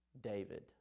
David